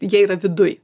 jie yra viduj